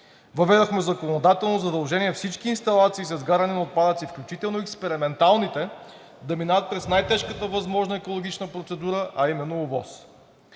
Въведохме законодателно задължение всички инсталации за изгаряне на отпадъци, включително експерименталните, да минават през най-тежката възможна екологична процедура, а именно ОВОС.